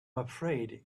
afraid